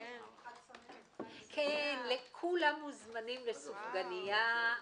כולם מוזמנים לסופגנייה.